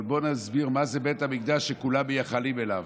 אבל בוא נסביר מה זה בית המקדש שכולם מייחלים אליו.